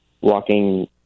walking